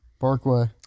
parkway